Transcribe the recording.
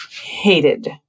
hated